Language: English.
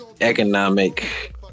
Economic